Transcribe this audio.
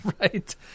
Right